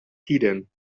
tiden